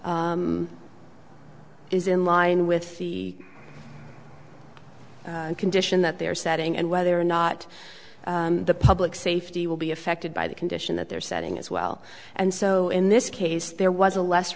is in line with the condition that they're setting and whether or not the public safety will be affected by the condition that they're setting as well and so in this case there was a less